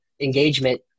engagement